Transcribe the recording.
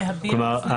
כלומר,